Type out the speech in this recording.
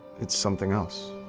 it's something else.